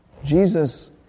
Jesus